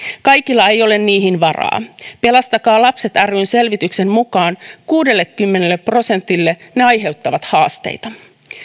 kaikilla ei ole niihin varaa pelastakaa lapset ryn selvityksen mukaan kuudellekymmenelle prosentille ne aiheuttavat haasteita